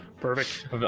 Perfect